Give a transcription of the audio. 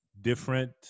different